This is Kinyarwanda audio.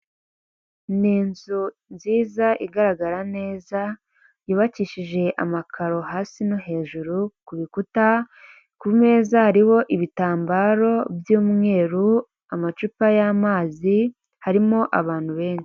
Ni inzu nziza igaragara neza yubakishije amakaro hasi no hejuru ku rukuta kumeza hariho ibitambaro by'umweru amacupa y'amazi, harimo abantu benshi.